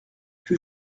que